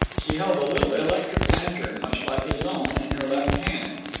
she held a little electric lantern, much like his own, in her left hand,